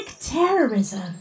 terrorism